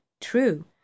True